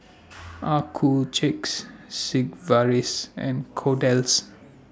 Accuchecks Sigvaris and Kordel's